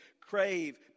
crave